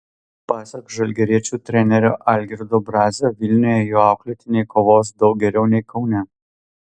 pasak žalgiriečių trenerio algirdo brazio vilniuje jo auklėtiniai kovos daug geriau nei kaune